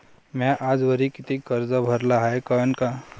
म्या आजवरी कितीक कर्ज भरलं हाय कळन का?